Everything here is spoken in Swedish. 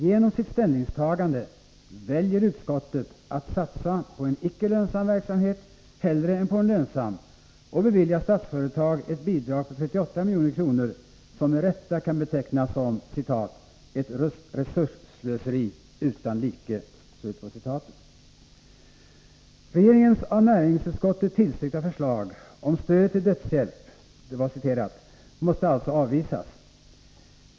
Genom sitt ställningstagande väljer utskottet att satsa på en icke lönsam verksamhet hellre än på en lönsam och beviljar Statsföretag ett bidrag på 38 milj.kr. vilket med rätta kan betecknas som ”ett resursslöseri utan like”. Regeringens av näringsutskottet tillstyrkta förslag om ”stöd till dödshjälp” måste alltså avvisas.